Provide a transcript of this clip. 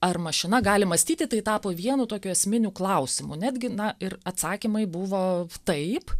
ar mašina gali mąstyti tai tapo vienu tokiu esminiu klausimu netgi na ir atsakymai buvo taip